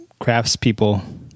craftspeople